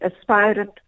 aspirant